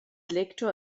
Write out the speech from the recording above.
lektor